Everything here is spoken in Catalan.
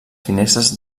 finestres